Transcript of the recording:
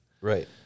right